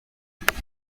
liegt